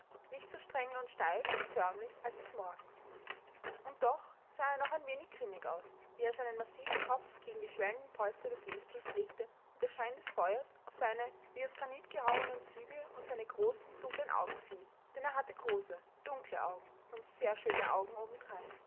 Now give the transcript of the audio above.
nicht so strenge und steif und förmlich als des morgens und doch sah er noch ein wenig grimmig aus wie er seinen massiven kopf gegen die schwellenden polster des lehnstuhls legte und der schein des feuers auf seine wie aus granit gehauenen züge und seine großen dunklen augen fiel denn er hatte große dunkle augen und sehr schöne augen obendrein